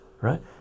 right